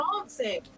dancing